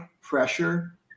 pressure